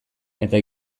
eta